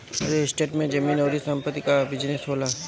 real estate में जमीन अउरी संपत्ति कअ बिजनेस होला